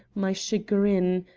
my chagrin,